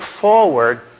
forward